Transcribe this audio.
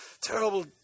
terrible